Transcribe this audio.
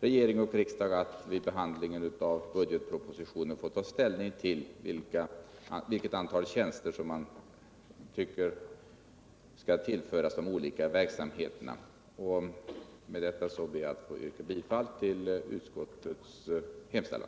regering och riksdag vid behandlingen av budgetpropositionen att få ta ställning till vilket antal tjänster som skall tillföras de olika verksamheterna. Med dessa ord ber jag att få yrka bifall till utskottets hemställan.